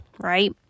right